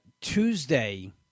Tuesday